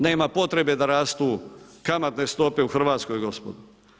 Nema potrebe da rastu kamatne stope u RH gospodo.